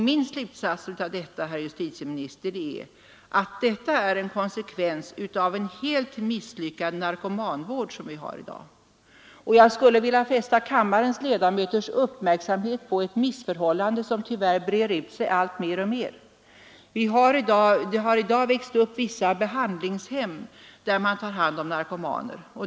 Min slutsats av detta, herr justitieminister, är att det är en konsekvens av den helt misslyckade narkomanvård som vi har i dag. Jag skulle här vilja fästa kammarens ledamöters uppmärksamhet på ett missförhållande som tyvärr breder ut sig mer och mer. Det har växt upp vissa behandlingshem, där man tar hand om narkomaner.